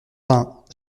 vingt